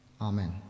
Amen